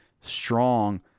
strong